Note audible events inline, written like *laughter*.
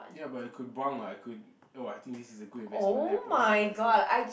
ya but I could buang what I could oh I think this is a good investment then I put all my money inside *noise*